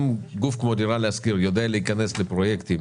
אם גוף כמו דירה להשכיר יודע להיכנס לפרויקטים